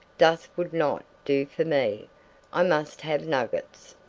dust would not do for me i must have nuggets.